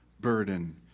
burden